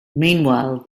meanwhile